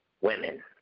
women